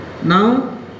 Now